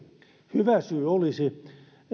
hyvä syy olisi